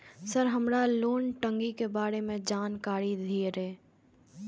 Sir हमरा loan टंगी के बारे में जान कारी धीरे?